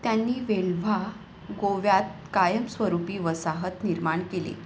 त्यांनी वेलव्हा गोव्यात कायमस्वरूपी वसाहत निर्माण केली